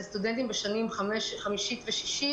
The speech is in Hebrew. אלו סטודנטים בשנים חמישית ושישית,